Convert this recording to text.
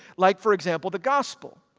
like for example the gospel.